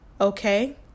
Okay